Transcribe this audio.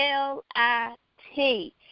L-I-T